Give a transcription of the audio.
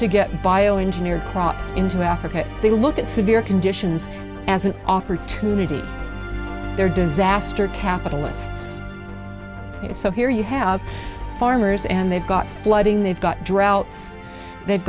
to get bio engineered crops into africa they look at severe conditions as an opportunity they're disaster capitalists so here you have farmers and they've got flooding they've got droughts they've